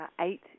eight